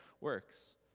works